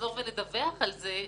לחזור ולדווח על זה.